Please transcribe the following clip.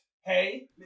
hey